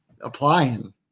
applying